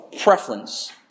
preference